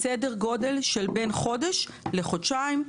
סדר גודל של בין חודש לחודשיים.